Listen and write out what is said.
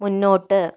മുന്നോട്ട്